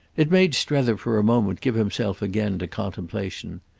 it made strether for a moment give himself again to contemplation.